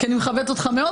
אני מכבדת אותך מאוד.